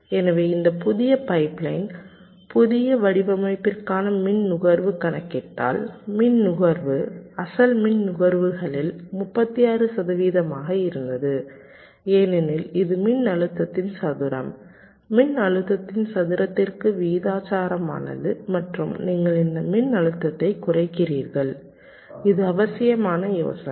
எனவே இந்த புதிய பைப்லைன் புதிய வடிவமைப்பிற்கான மின் நுகர்வு கணக்கிட்டால் மின் நுகர்வு அசல் மின் நுகர்வுகளில் 36 சதவீதமாக இருந்தது ஏனெனில் இது மின்னழுத்தத்தின் சதுரம் மின்னழுத்தத்தின் சதுரத்திற்கு விகிதாசாரமானது மற்றும் நீங்கள் இந்த மின்னழுத்தத்தைக் குறைக்கிறீர்கள் இது அவசியமான யோசனை